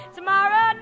Tomorrow